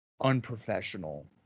unprofessional